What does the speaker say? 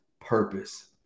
purpose